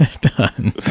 Done